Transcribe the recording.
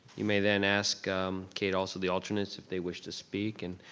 you may then ask kate also the alternates if they wish to speak and